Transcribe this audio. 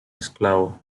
esclavo